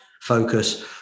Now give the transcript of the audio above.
focus